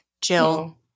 Jill